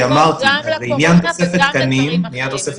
הם יבואו גם לקורונה וגם לדברים אחרים,